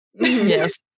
Yes